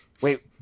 Wait